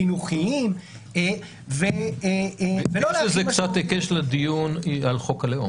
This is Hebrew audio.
חינוכיים -- יש לזה קצת היקש לדיון על חוק הלאום.